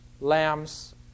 lambs